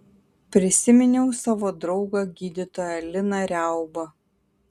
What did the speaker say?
prisiminiau savo draugą gydytoją liną riaubą